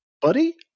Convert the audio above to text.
Buddy